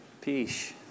peace